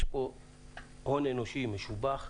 יש פה הון אנושי משובח,